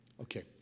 Okay